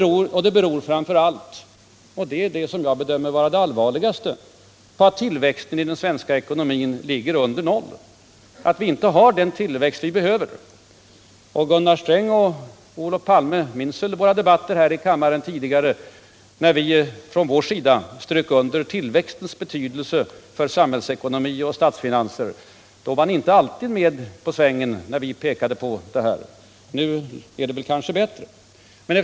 Orsaken är framför allt, och det är det som jag bedömer vara det allvarligaste, att tillväxten i den svenska ekonomin ligger under noll. Gunnar Sträng och Olof Palme minns väl våra debatter här i kammaren, när vi från vår sida strök under tillväxtens betydelse för samhällsekonomi och statsfinanser. Ni var inte alltid med i svängen när vi påpekade detta. Nu är det kanske bättre ställt i det avseendet.